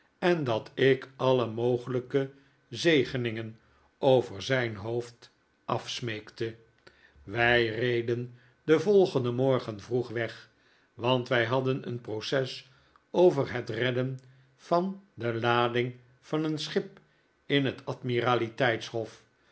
en dat ik alle mogelijke zegeningen over zijn hoofd afsmeekte wij reden den volgenden morgen vroeg weg want wij hadden een proces over het redden van de lading van een schip in het admiraliteits hof